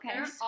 okay